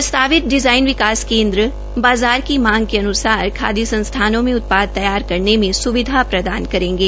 प्रस्तावित डिज़ाइन विकास केन्द्र बाज़ार की मांग के अन्सार खादी संस्थाओं में उत्पाद तैयार करने में सुविधा प्रदानकरेंगे